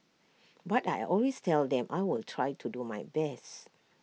but I always tell them I will try to do my best